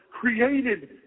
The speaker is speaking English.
created